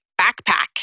backpack